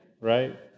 right